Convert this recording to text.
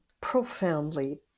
profoundly